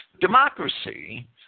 democracy